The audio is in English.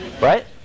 right